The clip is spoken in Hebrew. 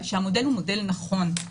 שהמודל ומודל נכון,